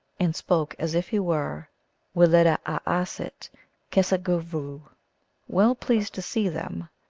and spoke as if he were weleda asit kesegvou well pleased to see them,